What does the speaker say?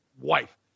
wife